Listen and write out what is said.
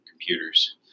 computers